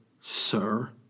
sir